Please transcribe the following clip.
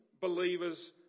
believers